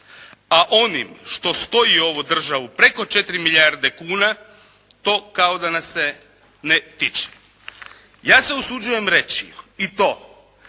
a onim što stoji ovu državu preko 4 milijarde kuna to kao da nas se ne tiče. Ja se usuđujem reći i to,